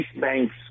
Banks